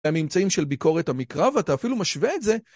הממצאים של ביקורת המקרא ואתה אפילו משווה את זה